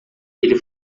ele